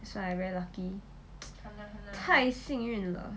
so I very lucky 太幸运了